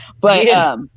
but-